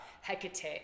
Hecate